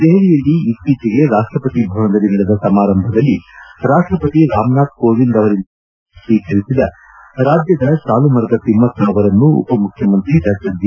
ದೆಹಲಿಯಲ್ಲಿ ಇತ್ತೀಚೆಗೆ ರಾಷ್ಟಪತಿ ಭವನದಲ್ಲಿ ನಡೆದ ಸಮಾರಂಭದಲ್ಲಿ ರಾಷ್ಟಪತಿ ರಾಮನಾಥ ಕೋವಿಂದ್ ಅವರಿಂದ ಪದ್ಮಿತ್ರೀ ಪ್ರಶಸ್ತಿ ಸ್ವೀಕರಿಸಿದ ರಾಜ್ಯದ ಸಾಲುಮರದ ತಿಮ್ನ್ನ ಅವರನ್ನು ಉಪಮುಖ್ಯಮಂತ್ರಿ ಡಾ ಜಿ